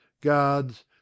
guards